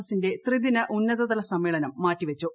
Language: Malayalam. എസിന്റെ ത്രിദിന ഉന്നതതല സമ്മേളനം മാറ്റിവച്ചു